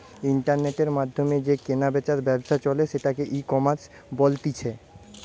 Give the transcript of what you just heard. ইন্টারনেটের মাধ্যমে যে কেনা বেচার ব্যবসা চলে সেটাকে ইকমার্স বলতিছে